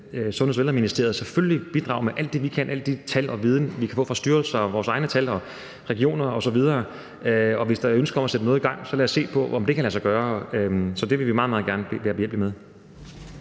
vil Sundheds- og Ældreministeriet selvfølgelig bidrage med alt det, vi kan, alle de tal og al den viden, vi kan få fra styrelser og regioner og vores egne tal osv. Hvis der er ønske om at sætte noget i gang, så lad os se på, om det kan lade sig gøre – det vil vi meget, meget gerne være behjælpelige med.